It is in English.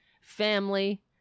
family